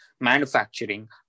manufacturing